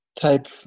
type